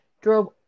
drove